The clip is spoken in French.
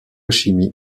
chimie